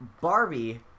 Barbie